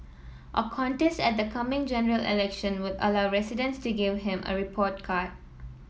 a contest at the coming General Election would allow residents to give him a report card